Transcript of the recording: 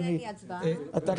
אני